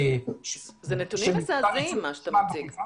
--- אלה נתונים מזעזעים, מה שאתה מציג.